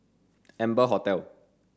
Amber Hotel